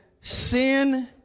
sin